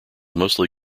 mostly